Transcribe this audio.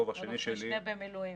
אלוף משנה במילואים.